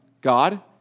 God